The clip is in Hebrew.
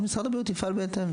משרד הבריאות יפעל בהתאם,